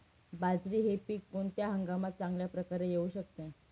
बाजरी हे पीक कोणत्या हंगामात चांगल्या प्रकारे येऊ शकते?